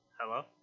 Hello